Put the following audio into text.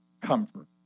comfort